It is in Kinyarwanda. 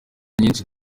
nyinshi